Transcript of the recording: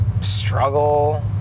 struggle